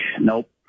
Nope